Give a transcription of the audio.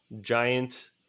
giant